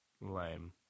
lame